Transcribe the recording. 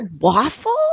waffle